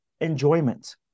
enjoyment